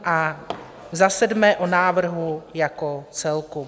A za sedmé o návrhu jako celku.